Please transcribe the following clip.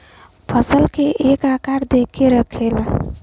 फसल के एक आकार दे के रखेला